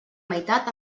meitat